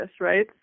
right